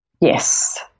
Yes